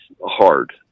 hard